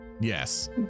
yes